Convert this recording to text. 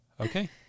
Okay